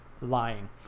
lying